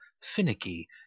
finicky